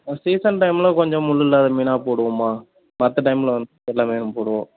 season டைமில் கொஞ்சம் முள் இல்லாத மீனாக போடுவோம்மா மற்ற டைமில் வந்து எல்லாமே தான் போடுவோம்